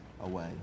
away